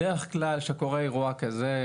בדרך כלל כשקורה אירוע כזה,